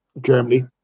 Germany